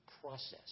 process